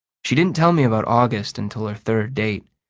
she didn't tell me about august until our third date.